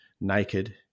naked